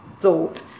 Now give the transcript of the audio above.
thought